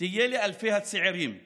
תהיה לאלפי הצעירים מסח'נין,